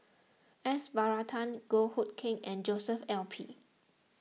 S Varathan Goh Hood Keng and Joshua L P